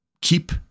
keep